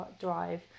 drive